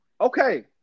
Okay